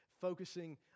focusing